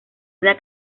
una